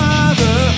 Father